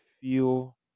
feel